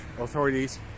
authorities